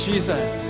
Jesus